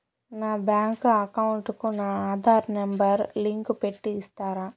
నా bank account కు నా ఆధార్ నెంబర్ లింకు పెట్టి ఇస్తారా?